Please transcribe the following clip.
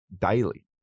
daily